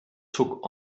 took